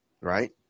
right